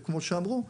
כמו שאמרו,